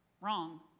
wrong